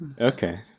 Okay